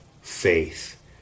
faith